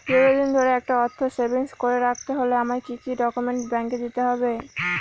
দীর্ঘদিন ধরে একটা অর্থ সেভিংস করে রাখতে হলে আমায় কি কি ডক্যুমেন্ট ব্যাংকে দিতে হবে?